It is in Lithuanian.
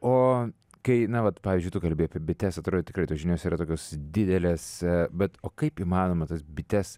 o kai na vat pavyzdžiui tu kalbi apie bites atrodo tikrai tos žinios yra tokios didelės bet o kaip įmanoma tas bites